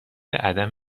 عدم